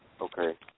Okay